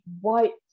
white